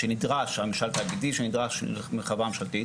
שנדרש, ממשל תאגידי שנדרש מחברה ממשלתית.